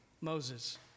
Moses